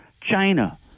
China